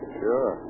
sure